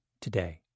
today